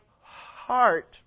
heart